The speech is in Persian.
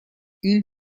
این